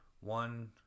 one